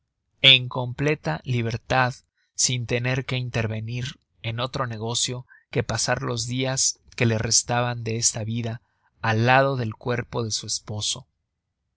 en completa libertad sin tener que intervenir en otro negocio que pasar los dias que la restaban de esta vida al lado del cuerpo de su esposo